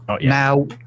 now